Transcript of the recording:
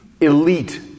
elite